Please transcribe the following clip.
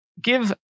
give